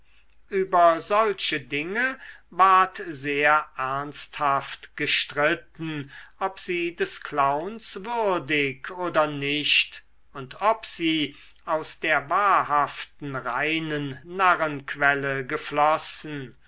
über solche dinge ward sehr ernsthaft gestritten ob sie des clowns würdig oder nicht und ob sie aus der wahrhaften reinen narrenquelle geflossen